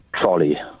Trolley